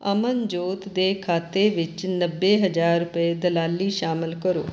ਅਮਨਜੋਤ ਦੇ ਖਾਤੇ ਵਿੱਚ ਨੱਬੇ ਹਜ਼ਾਰ ਰੁਪਏ ਦਲਾਲੀ ਸ਼ਾਮਲ ਕਰੋ